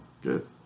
Good